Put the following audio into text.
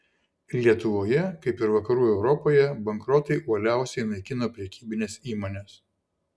lietuvoje kaip ir vakarų europoje bankrotai uoliausiai naikino prekybines įmones